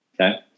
Okay